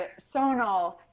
Sonal